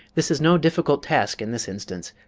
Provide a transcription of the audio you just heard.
this is no difficult task, in this instance,